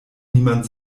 niemand